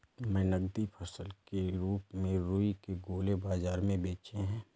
मैंने नगदी फसल के रूप में रुई के गोले बाजार में बेचे हैं